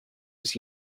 was